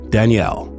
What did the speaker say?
Danielle